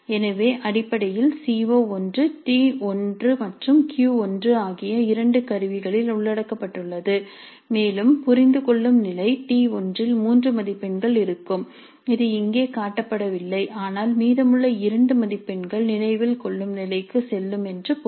எனவே அடிப்படையில் சி ஓ1 T1 மற்றும் Q1 ஆகிய இரண்டு கருவிகளில் உள்ளடக்கப்பட்டுள்ளது மேலும் புரிந்துகொள்ளும் நிலை T1 இல் 3 மதிப்பெண்கள் இருக்கும் இது இங்கே காட்டப்படவில்லை ஆனால் மீதமுள்ள 2 மதிப்பெண்கள் நினைவில் கொள்ளும் நிலைக்குச் செல்லும் என்று பொருள்